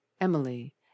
Emily